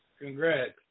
Congrats